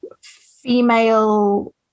female